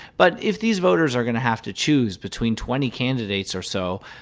but if these voters are going to have to choose between twenty candidates or so,